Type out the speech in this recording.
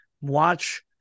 Watch